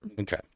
Okay